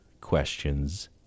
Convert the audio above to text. questions